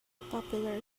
popular